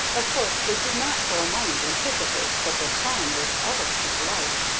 of course they did not for a moment anticipate that their crime would ever come to light,